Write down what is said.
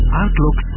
outlook